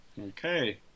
Okay